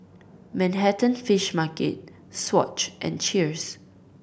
Manhattan Fish Market Swatch and Cheers